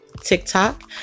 TikTok